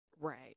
Right